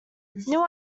new